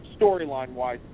storyline-wise